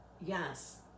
Yes